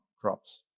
crops